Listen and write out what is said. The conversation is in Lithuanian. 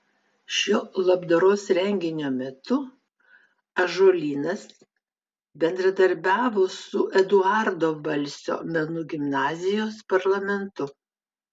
šio labdaros renginio metu ąžuolynas bendradarbiavo su eduardo balsio menų gimnazijos parlamentu